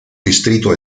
distrito